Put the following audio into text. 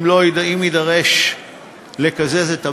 אם יידרש לקזז את המע"מ,